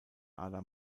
ada